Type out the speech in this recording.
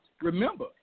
remember